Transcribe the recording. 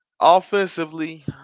offensively